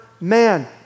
man